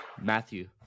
Matthew